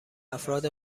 افراد